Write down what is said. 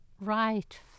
right